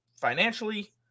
financially